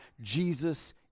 Jesus